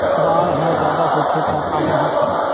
बाढ़ ह जादा होथे त का होही?